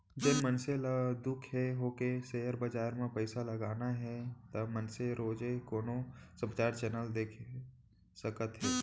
जेन मनसे ल खुद ले होके सेयर बजार म पइसा लगाना हे ता मनसे रोजे कोनो समाचार चैनल देख सकत हे